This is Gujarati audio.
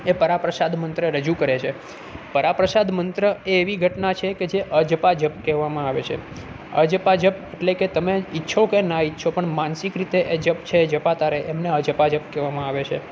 એ પરા પ્રસાદ મંત્ર રજૂ કરે છે પરા પ્રસાદ મંત્ર એ એવી ઘટના છે કે જે અજપા જપ કેવામાં આવે છે અજપા જપ એટલે કે તમે ઈચ્છો કે ના ઈચ્છો પણ માનસિક રીતે એ જપ છે એ જપાતા રે એમને અજપા જપ કેવામાં આવે છે